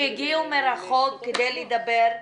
שהגיעו מרחוק כדי לדבר,